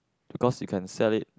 because you can sell it